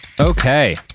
Okay